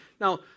Now